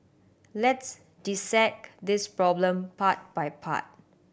let's dissect this problem part by part